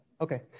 Okay